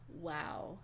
Wow